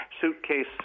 suitcase